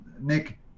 Nick